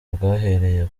bwahereye